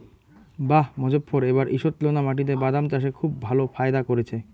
বাঃ মোজফ্ফর এবার ঈষৎলোনা মাটিতে বাদাম চাষে খুব ভালো ফায়দা করেছে